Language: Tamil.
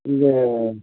இது